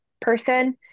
person